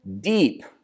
deep